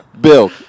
Bill